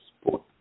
sport